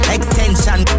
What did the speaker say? Extension